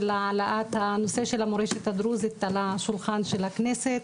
העלאת הנושא של המורשת הדרוזית על השולחן של הכנסת,